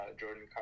Jordan